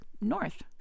north